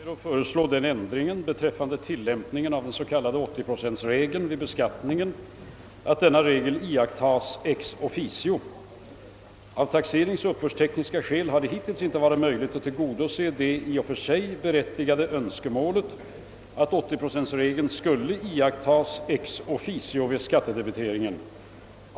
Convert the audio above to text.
Herr talman! Herr Dickson har frågat om jag avser att föreslå den ändringen beträffande tillämpningen av den s.k. 80-procentregeln vid beskattningen att denna regel iakttas ex officio. Av taxeringsoch uppbördstekniska skäl har det hittills inte varit möjligt att tillgodose det i och för sig berättigade önskemålet att 80-procentregeln skulle iakttas ex officio vid skattedebiteringen.